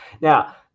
Now